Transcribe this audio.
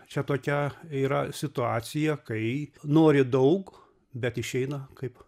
čia tokia yra situacija kai nori daug bet išeina kaip